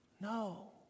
No